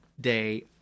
day